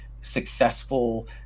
successful